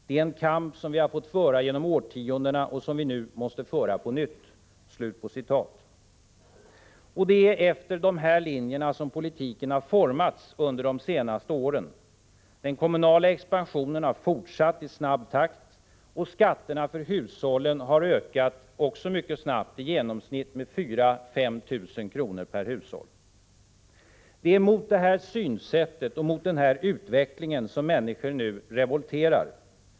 Det är en kamp som vi har fått föra genom årtiondena och som vi nu måste föra på nytt.” Och det är efter dessa linjer som politiken har formats under senare år. Den kommunala expansionen har fortsatt i snabb takt. Skatterna för hushållen har också ökat i mycket snabb takt, i genomsnitt med 4 000-5 000 kr. per hushåll. Det är mot detta synsätt och denna utveckling som människor nu revolterar.